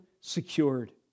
secured